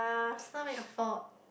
is not even your fault